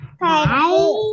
Bye